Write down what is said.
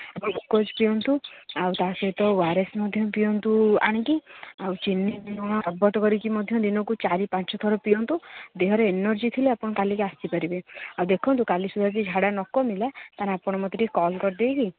glucose ପିଅନ୍ତୁ ଆଉ ତା ସହିତ ଓ ଆର୍ ଏସ୍ ମଧ୍ୟ ପିଅନ୍ତୁ ଆଣି କି ଆଉ ଚିନି ଲୁଣ ମଧ୍ୟ ଦିନକୁ ଚାରି ପାଞ୍ଚ ଥର ପିଅନ୍ତୁ ଦେହରେ ଏନର୍ଜି ଥିଲେ ଆପଣ କାଲି କି ଆସି ପାରିବେ ଆଉ ଦେଖନ୍ତୁ କାଲି ସୁଧା ଯଦି ଝାଡ଼ା ନ କମିଲା ତାହାଲେ ଆପଣ ମୋତେ ଟିକେ କଲ୍ କରିଦେଇ କି